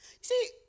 See